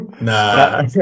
Nah